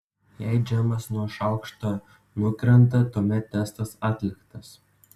jei džemas nuo šaukšto nukrenta tuomet testas atliktas